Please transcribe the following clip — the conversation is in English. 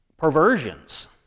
perversions